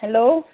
hello